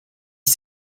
dix